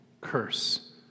curse